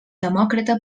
demòcrata